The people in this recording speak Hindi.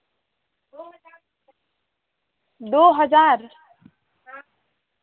दो हज़ार